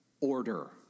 order